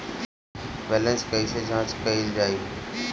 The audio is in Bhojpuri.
बैलेंस कइसे जांच कइल जाइ?